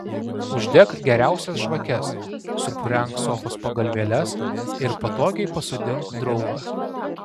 uždek geriausias žvakes supurenk sofos pagalvėles ir patogiai pasodink draugą